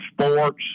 sports